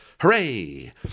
Hooray